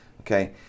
Okay